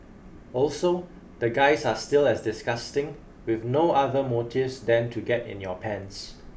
also the guys are still as disgusting with no other motives than to get in your pants